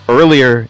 earlier